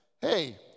hey